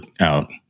out